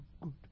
good